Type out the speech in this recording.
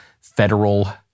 federal